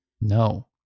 No